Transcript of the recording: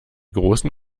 große